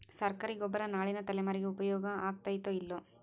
ಸರ್ಕಾರಿ ಗೊಬ್ಬರ ನಾಳಿನ ತಲೆಮಾರಿಗೆ ಉಪಯೋಗ ಆಗತೈತೋ, ಇಲ್ಲೋ?